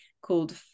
called